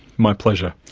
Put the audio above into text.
my pleasure.